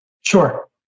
Sure